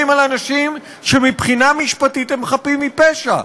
אנשים שמבחינה משפטית הם חפים מפשע.